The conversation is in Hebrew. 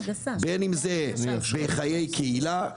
בין אם זה בחיי קהילה,